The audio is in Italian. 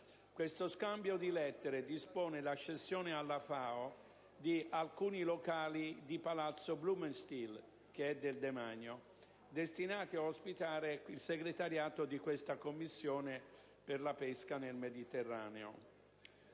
questo Scambio di lettere dispone la cessione alla FAO di alcuni locali di Palazzo Blumenstihl, che è del demanio, destinati ad ospitare il segretariato della Commissione generale per la pesca nel Mediterraneo,